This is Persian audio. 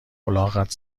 الاغت